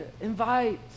invite